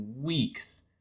weeks